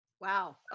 wow